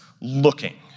looking